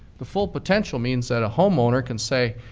the full potential means that a homeowner can say,